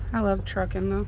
i love trucking,